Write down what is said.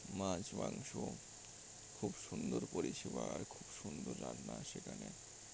মাছ মাংস খুব সুন্দর পরিষেবা আর খুব সুন্দর রান্না সেখানে